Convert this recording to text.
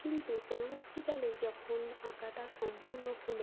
কিন্তু পরবর্তীকালে যখন আঁকাটা সম্পূর্ণ হল